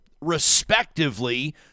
respectively